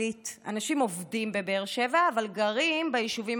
אנשים עובדים בבאר שבע אבל גרים ביישובים הסמוכים.